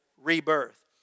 rebirth